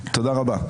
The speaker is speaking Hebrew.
תודה רבה.